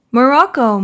Morocco